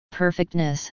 perfectness